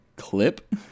clip